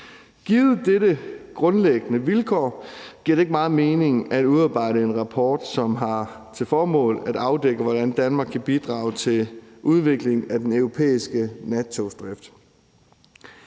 Givet dette grundlæggende vilkår giver det ikke meget mening at udarbejde en rapport, som har til formål at afdække, hvordan Danmark kan bidrage til udviklingen af den europæiske nattogsdrift.